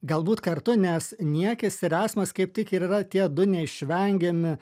galbūt kartu nes niekis ir esmas kaip tik ir yra tie du neišvengiami